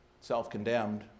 Self-condemned